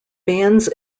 bands